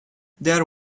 there